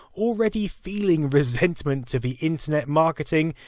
already feeling resentment to the internet marketing,